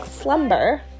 Slumber